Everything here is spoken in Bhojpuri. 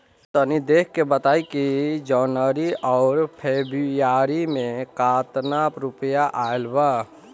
तनी देख के बताई कि जौनरी आउर फेबुयारी में कातना रुपिया आएल बा?